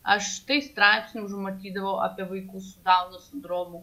aš tai straipsnį užmatydavau apie vaikus su dauno sindromu